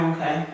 Okay